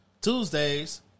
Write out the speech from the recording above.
Tuesdays